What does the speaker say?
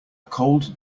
cold